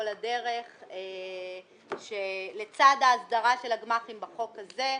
הדרך שלצד ההסדרה של הגמ"חים בחוק הזה,